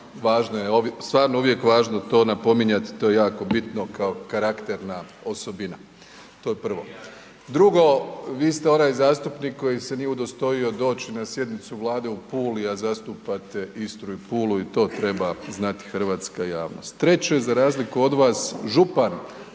obadva, stvarno je uvijek važno to napominjati, to je jako bitno kao karakterna osobina. To je prvo. Drugo, vi ste onaj zastupnik koji se nije udostojao doći na sjednicu Vlade u Puli, a zastupate Istru i Pulu i to treba znati hrvatska javnost. Treće, za razliku od vas župan